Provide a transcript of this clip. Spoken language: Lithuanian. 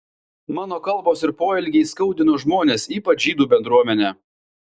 mano kalbos ir poelgiai skaudino žmones ypač žydų bendruomenę